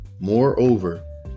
Moreover